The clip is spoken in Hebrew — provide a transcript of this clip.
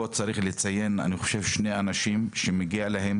פה צריך לציין, אני חושב, שני אנשים שמגיע להם